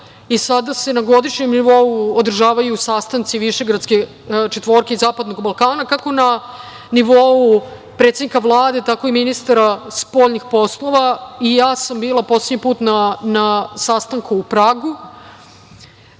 Sada se na godišnjem nivou održavaju sastanci Višegradske četvorke i Zapadnog Balkana, kako na nivou predsednika Vlade, tako i ministara spoljnih poslova. I ja sam bila poslednji put na sastanku u Pragu,